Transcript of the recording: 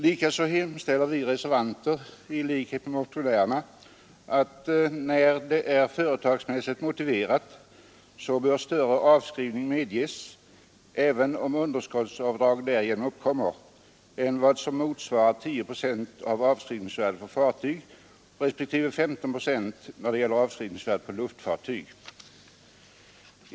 Vidare hemställer vi reservanter i likhet med motionärerna att, när det är företagsmässigt motiverat, får större avskrivning medges — även om underskottsavdrag därigenom uppkommer än vad som motsvarar 10 procent av avskrivningsvärdet för fartyg respektive 15 procent av avskrivningsvärdet för luftfartyg.